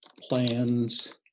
plans